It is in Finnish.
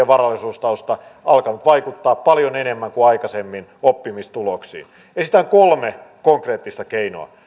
varallisuustausta alkavat vaikuttaa paljon enemmän kuin aikaisemmin oppimistuloksiin esitän kolme konkreettista keinoa